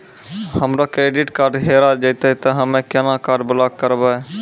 हमरो credit card हेरा जेतै ते हम्मय केना कार्ड ब्लॉक करबै?